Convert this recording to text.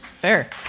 Fair